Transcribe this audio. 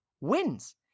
wins